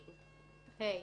" (ה)